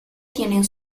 tienen